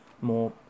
more